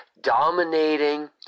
dominating